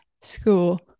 school